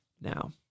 now